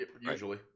usually